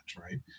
right